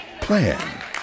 plan